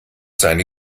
seine